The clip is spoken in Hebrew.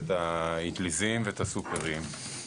ואת האטליזים ואת הסופרים,